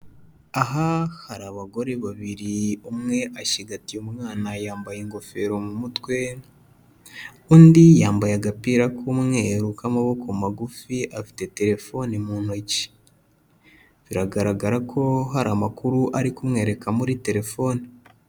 Aha hari abagore babiri umwe ashyigatiye umwana yambaye ingofero mu mutwe, undi yambaye agapira k'umweru k'amaboko magufi afite telefoni mu ntoki, biragaragara ko hari amakuru ari kumwereka muri telefone.